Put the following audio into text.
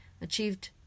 achieved